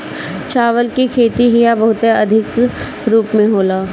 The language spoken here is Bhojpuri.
चावल के खेती इहा बहुते अधिका रूप में होला